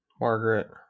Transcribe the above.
Margaret